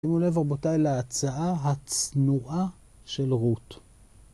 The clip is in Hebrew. שימו לב רבותיי להצעה הצנועה של רות.